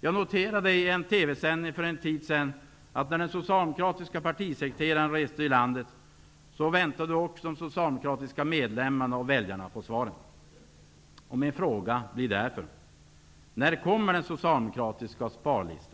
Jag noterade när jag såg en TV-sändning för en tid sedan om den socialdemokratiska partisekreteraren som reste i landet att också de socialdemokratiska medlemmarna och väljarna väntar på svaret. Min fråga blir därför: När kommer den socialdemokratiska sparlistan?